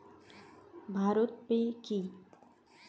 Bharat pay কি?